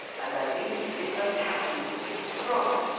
and their unit skipper, captain steve strong,